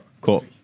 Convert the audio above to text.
Cool